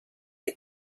die